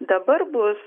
dabar bus